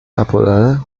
apodada